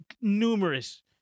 numerous